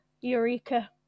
Eureka